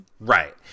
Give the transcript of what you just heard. Right